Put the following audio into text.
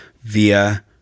via